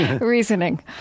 reasoning